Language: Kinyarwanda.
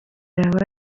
yaba